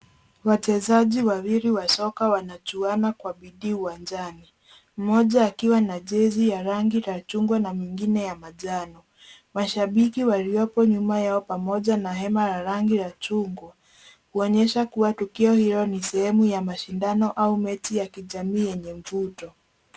Wachezaji wawili wa soka wanachuana kwa bidii uwanjani, moja akiwa na jesi ya rangi ya chungwa na ngine ya manjano. Mashabiki walioko nyuma yao pamoja na hema ya rangi ya chungwa kuonyesha kua tukio hilo ni sehemu ya mashindano au mechi ya kijamii yenye mvuto.